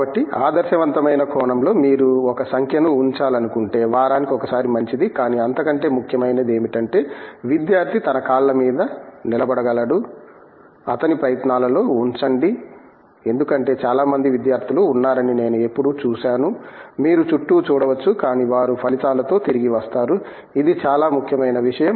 కాబట్టి ఆదర్శవంతమైన కోణంలో మీరు ఒక సంఖ్యను ఉంచాలనుకుంటే వారానికి ఒకసారి మంచిది కానీ అంతకంటే ముఖ్యమైనది ఏమిటంటే విద్యార్థి తన కాళ్ళ మీద నిలబడగలడు అతని ప్రయత్నాలలో ఉంచండి ఎందుకంటే చాలా మంది విద్యార్థులు ఉన్నారని నేను ఎప్పుడూ చూశాను మీరు చుట్టూ చూడవచ్చు కానీవారు ఫలితాలతో తిరిగి వస్తారు ఇది చాలా ముఖ్యమైన విషయం